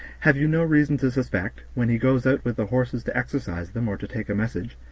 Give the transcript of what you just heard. have you no reason to suspect, when he goes out with the horses to exercise them or to take a message,